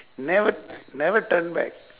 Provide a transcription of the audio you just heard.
never never turn back